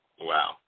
Wow